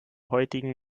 heutigen